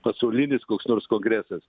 pasaulinis koks nors kongresas